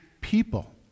people